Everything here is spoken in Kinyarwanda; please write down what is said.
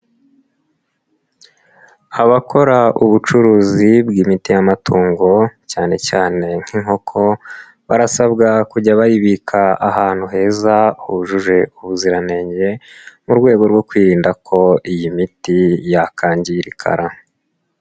Abakora ubucuruzi bw'imiti y'amatungo cyane cyane nk'inkoko, barasabwa kujya bayibika ahantu heza hujuje ubuziranenge mu rwego rwo kwirinda ko iyi miti yakangirika.